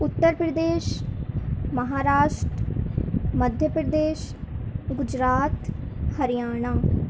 Uttar Pradesh Maharashtra Madhya Pradesh Gujarat Haryana